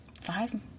five